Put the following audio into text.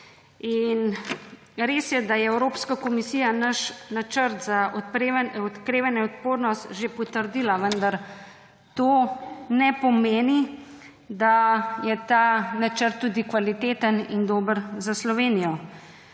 Res je, da je Evropska komisija naš Načrt za okrevanje in odpornost že potrdila, vendar to ne pomeni, da je ta načrt tudi kvaliteten in dober za Slovenijo.